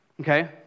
okay